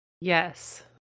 yes